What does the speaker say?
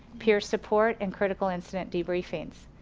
peer support and critical incident debriefings.